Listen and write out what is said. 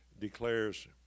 declares